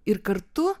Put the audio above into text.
ir kartu